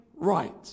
right